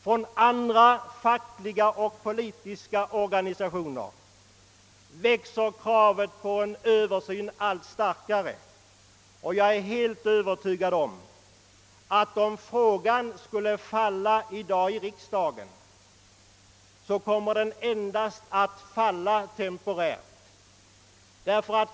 Inom andra fackliga och politiska organisationer växer sig kravet på en översyn allt starkare, och jag är helt övertygad om att ifall förslaget skulle falla här i riksdagen nu, så faller det endast temporärt.